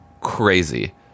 crazy